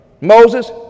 Moses